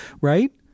right